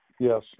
Yes